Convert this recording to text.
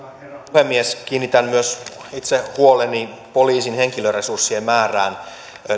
puhemies kiinnitän myös itse huoleni poliisin henkilöresurssien määrään